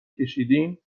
کشیدین